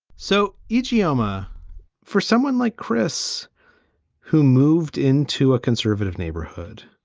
so each yoma for someone like chris who moved into a conservative neighborhood,